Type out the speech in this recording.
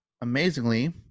Amazingly